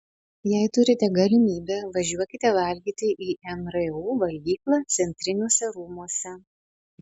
jei turite galimybę važiuokite valgyti į mru valgyklą centriniuose rūmuose